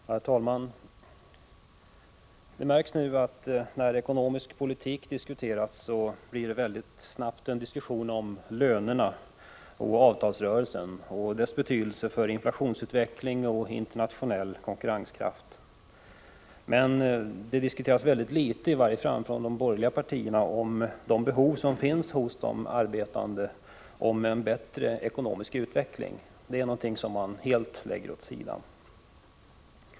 Herr talman! Det märks att när ekonomisk politik diskuteras blir det mycket snabbt en diskussion om lönerna och avtalsrörelsen och deras betydelse för inflationsutveckling och internationell konkurrenskraft, men det diskuteras väldigt litet — i varje fall från de borgerliga partierna — vilka behov som finns hos de arbetande av en bättre ekonomisk utveckling. Det är någonting som man helt lägger åt sidan.